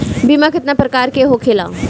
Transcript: बीमा केतना प्रकार के होखे ला?